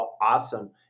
awesome